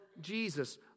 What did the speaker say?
Jesus